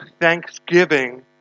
Thanksgiving